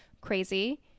crazy